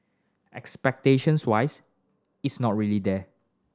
expectations wise it's not really there